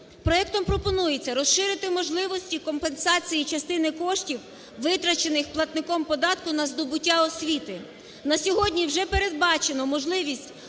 Проектом пропонується розширити можливості компенсації частини коштів витрачених платником податку на здобуття освіти. На сьогодні вже передбачено можливість